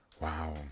Wow